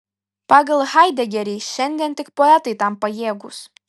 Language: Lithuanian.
pagal haidegerį šiandien tik poetai tam pajėgūs